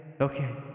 Okay